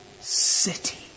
city